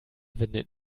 wendet